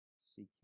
Seek